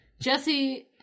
Jesse